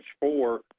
four